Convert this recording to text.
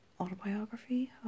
autobiography